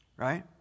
Right